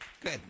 good